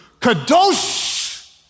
kadosh